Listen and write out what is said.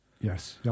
Yes